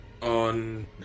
on